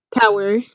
Tower